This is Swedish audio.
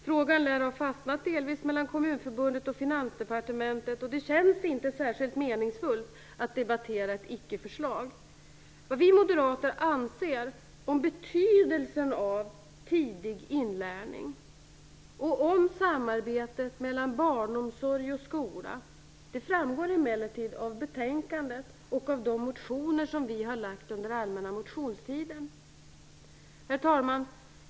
Frågan lär delvis ha fastnat mellan Kommunförbundet och Finansdepartementet, och det känns inte särskilt meningsfullt att debattera ett ickeförslag. Vad vi moderater anser om betydelsen av tidig inlärning och om samarbetet mellan barnomsorg och skola framgår emellertid av betänkandet och av de motioner som vi har väckt under allmänna motionstiden. Herr talman!